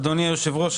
אדוני היושב-ראש,